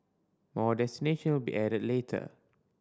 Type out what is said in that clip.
more destination will be added later